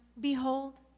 Behold